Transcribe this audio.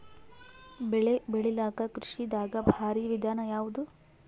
ಬೆಳೆ ಬೆಳಿಲಾಕ ಕೃಷಿ ದಾಗ ಭಾರಿ ವಿಧಾನ ಯಾವುದು?